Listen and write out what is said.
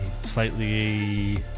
slightly